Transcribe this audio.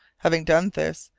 having done this,